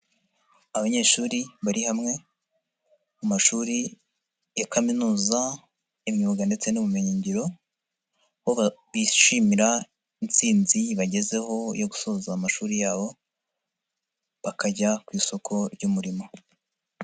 Abanyeshuri bari hamwe mu mashuri ya kaminuza imyuga ndetse n'ubumenyingiro bo bishimira intsinzi bagezeho yo gusoza amashuri yabo bakajya ku isoko ry'umurimo.